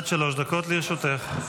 עד שלוש דקות לרשותך.